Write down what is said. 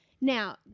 Now